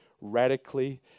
radically